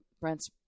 Brent's